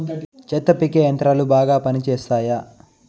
చెత్త పీకే యంత్రాలు బాగా పనిచేస్తాయా?